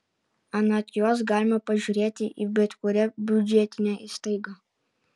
anot jos galima pažiūrėti į bet kurią biudžetinę įstaigą